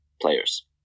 players